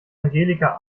angelika